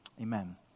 amen